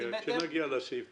ס"מ --- אוקיי, כשנגיע לסעיף